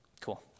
Cool